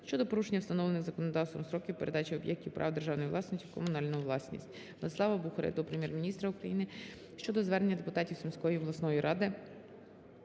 щодо порушення встановлених законодавством строків передачі об'єктів права державної власності в комунальну власність. Владислава Бухарєва до Прем'єр-міністра України щодо звернення депутатів Сумської обласної ради